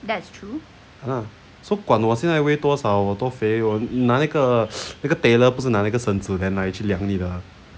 !hanna! so 管我现在 weigh 多少我多肥我拿一个 那个 tailor 不是拿那个绳子 then 来量你吗